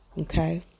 Okay